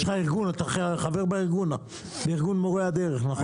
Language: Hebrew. יש לך ארגון, אתה חבר בארגון מורי הדרך, נכון?